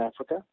Africa